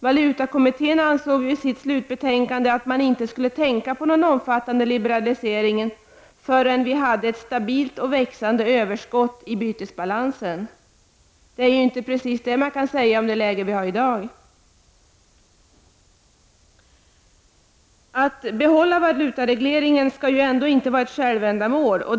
Valutakommittén ansåg i sitt slutbetänkande att man inte skulle tänka på några omfattande liberaliseringar förrän vi hade ett stabilt och växande överskott i bytesbalansen. Det är inte precis vad man kan säga om det läge som vi har i dag. Att behålla valutaregleringen skall inte vara ett självändamål.